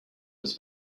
was